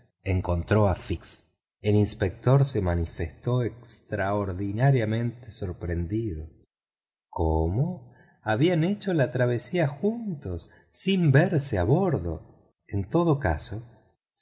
encontró a fix el inspector se manifestó extraordinariamente sorprendido cómo habían hecho la travesía juntos sin verse a bordo en todo caso